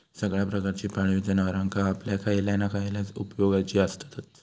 सगळ्या प्रकारची पाळीव जनावरां आपल्या खयल्या ना खयल्या उपेगाची आसततच